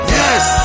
yes